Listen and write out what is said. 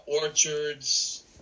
orchards